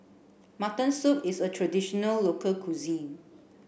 mutton soup is a traditional local cuisine